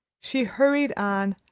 she hurried on,